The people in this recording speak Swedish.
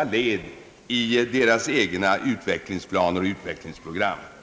ett led i de ifrågavarande ländernas egna utvecklingsplaner och ekonomiska program.